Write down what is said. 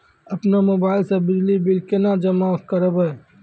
अपनो मोबाइल से बिजली बिल केना जमा करभै?